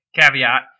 Caveat